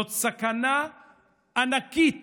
זאת סכנה ענקית